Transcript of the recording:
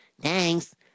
Thanks